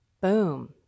boom